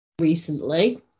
recently